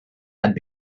had